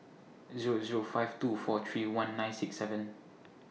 Zero Zero five two four three one nine six seven